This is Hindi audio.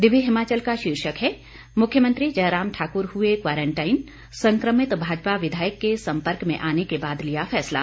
दिव्य हिमाचल का शीर्षक है मुख्यमंत्री जयराम ठाकुर हुए क्वांरटाईन संक्रमित भाजपा विधायक के संपर्क में आने के बाद लिया फैसला